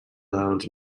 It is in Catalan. dels